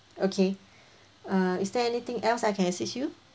okay err is there anything else I can assist you